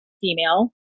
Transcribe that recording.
female